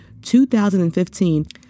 2015